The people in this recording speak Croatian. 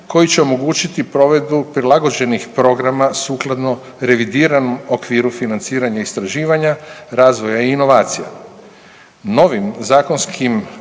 koji će omogućiti provedbu prilagođenih programa sukladno revidiranom okviru financiranja istraživanja, razvoja i inovacija.